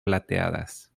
plateadas